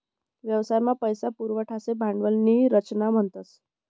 व्यवसाय मा पैसा पुरवासाठे भांडवल नी रचना म्हणतस